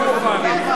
אתה גנבת את ההצבעה.